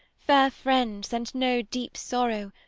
fair friends and no deep sorrow,